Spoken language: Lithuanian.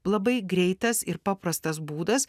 labai greitas ir paprastas būdas